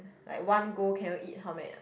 like one go can you eat how many